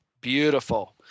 Beautiful